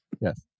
Yes